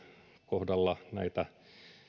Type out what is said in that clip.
kohdalla